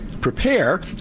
prepare